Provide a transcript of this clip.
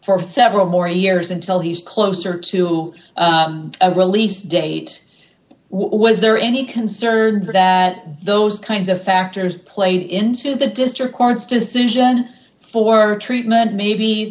for several more years until he's closer to his release date was there any concern that those kinds of factors play into the district court's decision for treatment may be